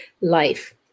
life